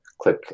click